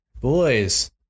boys